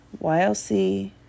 YLC